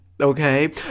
okay